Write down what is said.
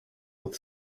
with